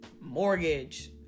mortgage